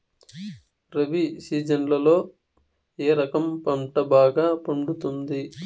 రబి సీజన్లలో ఏ రకం పంట బాగా పండుతుంది